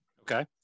okay